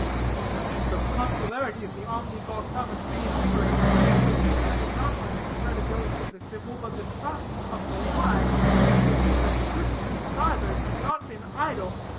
for such is the popularity of the omni-balsamic reinvigorator thriving not by the credulity of the simple, but the trust of the wise that certain contrivers have not been idle,